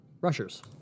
rushers